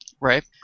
right